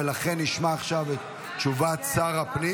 ולכן נשמע עכשיו את תשובת שר הפנים